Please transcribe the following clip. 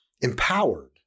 empowered